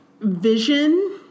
vision